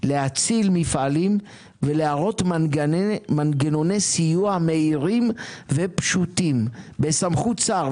להציל מפעלים ולהראות מנגנוני סיוע מהירים ופשוטים בסמכות שר.